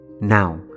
Now